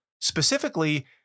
specifically